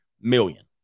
million